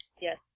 Yes